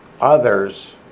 Others